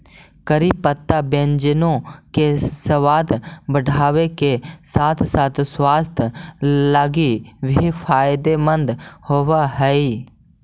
करी पत्ता व्यंजनों के सबाद बढ़ाबे के साथ साथ स्वास्थ्य लागी भी फायदेमंद होब हई